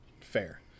Fair